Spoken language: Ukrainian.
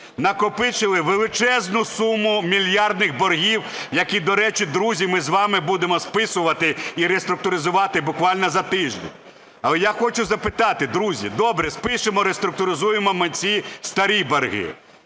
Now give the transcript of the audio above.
накопичили величезну суму мільярдних боргів, які, до речі, друзі, ми з вами будемо списувати і реструктуризувати буквально за тиждень. Але я хочу запитати, друзі: добре спишемо, реструктуризуємо ми ці старі борги,